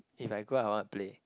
if I go I wanna play